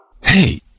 Hey